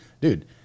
Dude